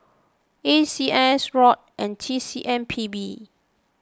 A C S Rod and T C M P B